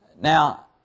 now